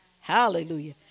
Hallelujah